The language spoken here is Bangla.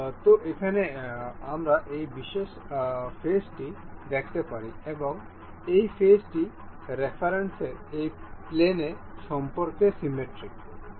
তো এখন আমরা এই বিশেষ ফেস টি দেখতে পারি এবং এই ফেস টি রেফারেন্সের এই প্লেন সম্পর্কে সিমিট্রিক